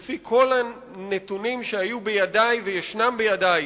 שלפי כל הנתונים שהיו בידי וישנם בידי,